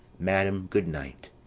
madam, good night.